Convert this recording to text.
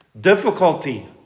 Difficulty